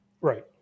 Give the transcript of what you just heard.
Right